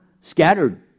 scattered